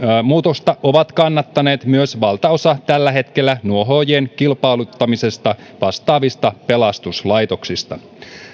muutosta on kannattanut myös valtaosa tällä hetkellä nuohoojien kilpailuttamisesta vastaavista pelastuslaitoksista